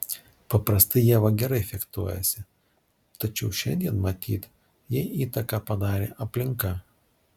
paprastai ieva gerai fechtuojasi tačiau šiandien matyt jai įtaką padarė aplinka